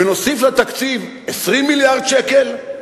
ונוסיף לתקציב 20 מיליארד שקל?